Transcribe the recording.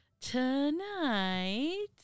Tonight